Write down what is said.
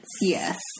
Yes